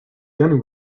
then